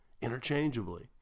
interchangeably